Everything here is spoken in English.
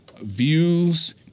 views